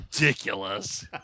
Ridiculous